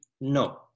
No